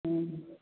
ꯎꯝ